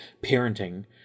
parenting